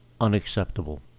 unacceptable